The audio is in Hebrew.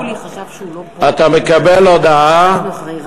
אתה מקבל הודעה,